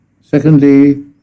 Secondly